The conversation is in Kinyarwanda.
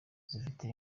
zifite